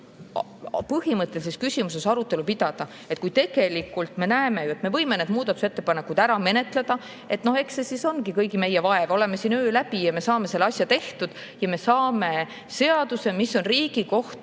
põhimõttelises küsimuses arutelu pidada. Kui tegelikult me näeme, et me võime need muudatusettepanekud ära menetleda, no eks see siis ongi kõigi meie vaev. Oleme siin öö läbi ja me saame selle asja tehtud. Me saame seaduse, mis on Riigikohtu